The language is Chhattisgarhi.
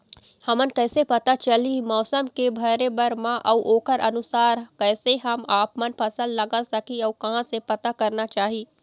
हमन कैसे पता चलही मौसम के भरे बर मा अउ ओकर अनुसार कैसे हम आपमन फसल लगा सकही अउ कहां से पता करना चाही?